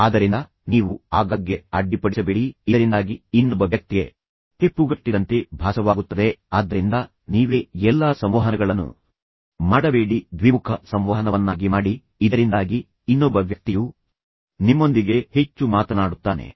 ಆದ್ದರಿಂದ ನೀವು ಆಗಾಗ್ಗೆ ಅಡ್ಡಿಪಡಿಸಬೇಡಿ ಇದರಿಂದಾಗಿ ಇನ್ನೊಬ್ಬ ವ್ಯಕ್ತಿಗೆ ಹೆಪ್ಪುಗಟ್ಟಿದಂತೆ ಭಾಸವಾಗುತ್ತದೆ ಆದ್ದರಿಂದ ನೀವೇ ಎಲ್ಲಾ ಸಂವಹನಗಳನ್ನು ಮಾಡಬೇಡಿ ಅದನ್ನು ಒಂದು ದಿಕ್ಕಿನಲ್ಲಿ ಮಾಡಬೇಡಿ ಅದನ್ನು ದ್ವಿಮುಖ ಸಂವಹನವನ್ನಾಗಿ ಮಾಡಿ ಮತ್ತು ಇನ್ನೊಂದು ಬದಿಯಲ್ಲಿ ನೀವು ಶಾಂತವಾಗಿರಿ ಮತ್ತು ಸಮಾಧಾನವಾಗಿರಿ ಇದರಿಂದಾಗಿ ಇನ್ನೊಬ್ಬ ವ್ಯಕ್ತಿಯು ನಿಮ್ಮೊಂದಿಗೆ ಹೆಚ್ಚು ಮಾತನಾಡುತ್ತಾನೆ